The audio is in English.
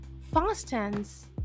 fastens